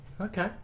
Okay